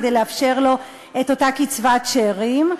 כדי לאפשר לו את אותה קצבת שאירים.